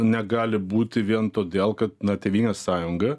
negali būti vien todėl kad na tėvynės sąjunga